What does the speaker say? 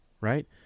right